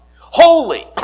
holy